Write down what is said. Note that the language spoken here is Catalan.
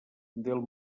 del